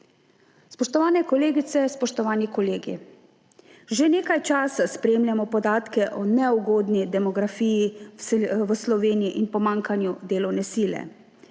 Spoštovane kolegice, spoštovani kolegi, že nekaj časa spremljamo podatke o neugodni demografiji v Sloveniji in pomanjkanju delovne sile,